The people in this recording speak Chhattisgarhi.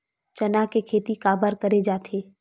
चना के खेती काबर करे जाथे?